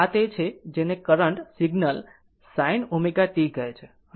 આ તે છે જેને આ કરંટ સિગ્નલને sin ω t કહે છે